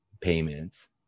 payments